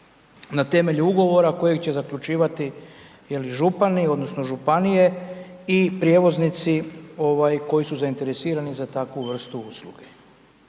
na temelju ugovora, kojeg će zaključivati je li župani odnosno, županije i prijevoznici koji su zainteresirani za takvu vrstu usluge.